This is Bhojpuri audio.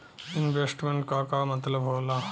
इन्वेस्टमेंट क का मतलब हो ला?